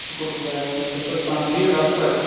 شُکُر خۄدایس کُن تُہۍ چھُو حظ پانہٕ ٹھیٖک اَصٕل پٲٹھۍ